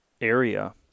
area